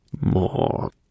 More